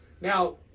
Now